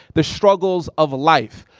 the struggles of life.